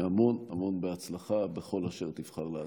והמון המון הצלחה בכל אשר תבחר לעשות.